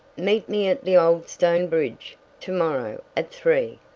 meet me at the old stone bridge to-morrow at three,